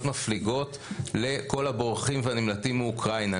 מפליגות לכל הבורחים והנמלטים מאוקראינה.